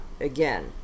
again